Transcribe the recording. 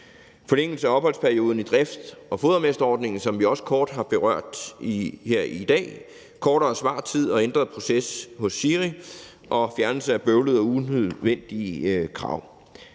forlængelse af opholdsperioder i drifts- og fodermesterordningen, som vi også kort har berørt her i dag, kortere svartid og ændret proces hos SIRI og fjernelse af bøvlede og unødvendige krav.